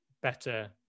better